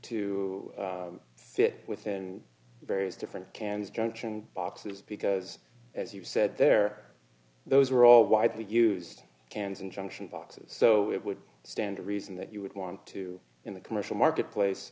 to fit within various different cans junction boxes because as you said there those were all widely used cans and junction boxes so it would stand to reason that you would want to in the commercial marketplace